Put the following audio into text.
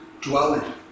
Dwelling